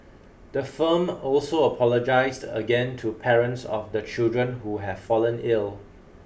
the firm also apologised again to parents of the children who have fallen ill